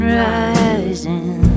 rising